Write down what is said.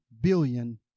billion